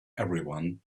everyone